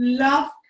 love